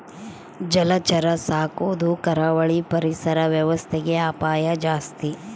ಜಲಚರ ಸಾಕೊದು ಕರಾವಳಿ ಪರಿಸರ ವ್ಯವಸ್ಥೆಗೆ ಅಪಾಯ ಜಾಸ್ತಿ